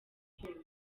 bihembo